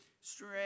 Straight